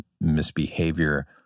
misbehavior